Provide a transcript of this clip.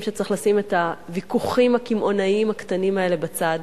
שצריך לשים את הוויכוחים הקמעונאיים הקטנים האלה בצד,